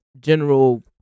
general